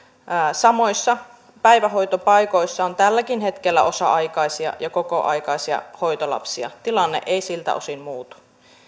samoissa päivähoitopaikoissa on tälläkin hetkellä osa aikaisia ja kokoaikaisia hoitolapsia tilanne ei siltä osin muutu